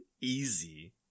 Easy